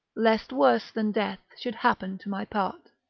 lest worse than death should happen to my part.